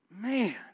man